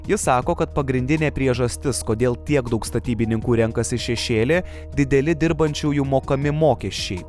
ji sako kad pagrindinė priežastis kodėl tiek daug statybininkų renkasi šešėlį dideli dirbančiųjų mokami mokesčiai